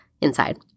inside